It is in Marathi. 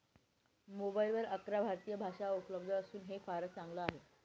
मोबाईलवर अकरा भारतीय भाषा उपलब्ध असून हे फारच चांगल आहे